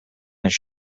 this